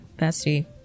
bestie